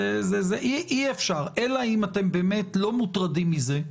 אי אפשר, אלא אם אתם באמת לא מוטרדים מזה,